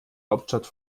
hauptstadt